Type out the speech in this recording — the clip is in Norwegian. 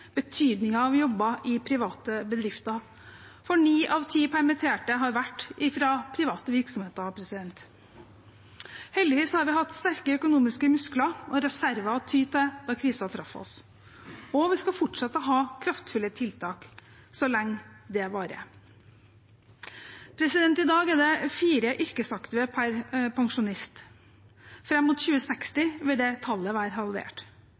av jobber i private bedrifter, for ni av ti permitterte har vært fra private virksomheter. Heldigvis hadde vi sterke økonomiske muskler og reserver å ty til da krisen traff oss, og vi skal fortsette med å ha kraftfulle tiltak så lenge det varer. I dag er det fire yrkesaktive per pensjonist. Fram mot 2060 vil det tallet være halvert.